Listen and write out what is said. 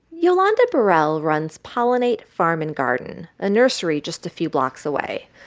yolanda burrell runs pollinate farm and garden, a nursery just a few blocks away,